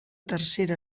tercera